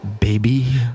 baby